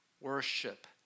worship